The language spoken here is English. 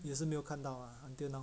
也是没有看到 ah until now